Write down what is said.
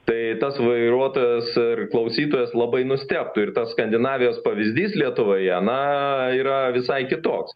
tai tas vairuotojas ar klausytojas labai nustebtų ir tas skandinavijos pavyzdys lietuvoje na yra visai kitoks